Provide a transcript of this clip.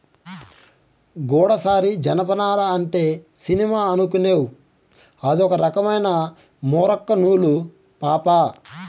గూడసారి జనపనార అంటే సినిమా అనుకునేవ్ అదొక రకమైన మూరొక్క నూలు పాపా